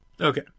Okay